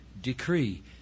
decree